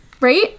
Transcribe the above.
Right